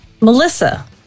Melissa